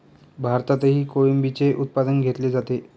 भारतातही कोळंबीचे उत्पादन घेतले जाते